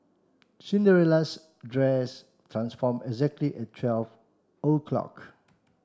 Cinderella's dress transformed exactly at twelve